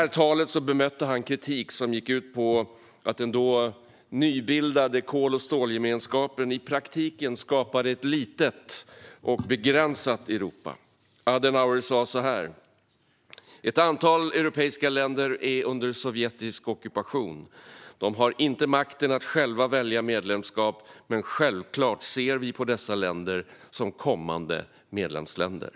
I talet bemötte han kritik som gick ut på att den då nybildade kol och stålgemenskapen i praktiken skapade ett litet och begränsat Europa. Adenauer sa så här: Ett antal europeiska länder är under sovjetisk ockupation. De har inte makten att själva välja medlemskap. Men självklart ser vi på dessa länder som kommande medlemsländer.